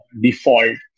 default